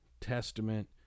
testament